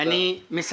יש כאן רגע היסטורי.